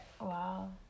Wow